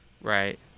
Right